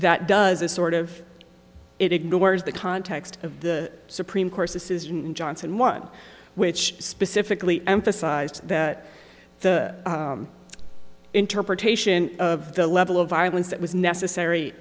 that does is sort of it ignores the context of the supreme court's decision johnson one which specifically emphasized that the interpretation of the level of violence that was necessary